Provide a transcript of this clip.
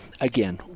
again